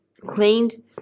cleaned